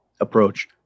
approach